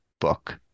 book